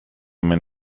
min